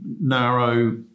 narrow